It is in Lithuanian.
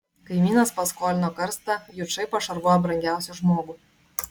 kaimynas paskolino karstą jučai pašarvojo brangiausią žmogų